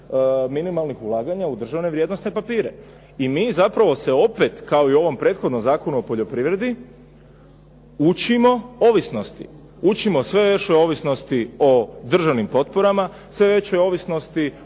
minimalnih ulaganja u državne vrijednosne papire. I mi zapravo se opet kao i u ovom prethodnom Zakonu o poljoprivredi učimo ovisnosti, učimo sve još o ovisnosti o državnim potporama, sve većoj ovisnosti